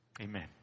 Amen